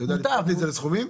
מצבה מוטב.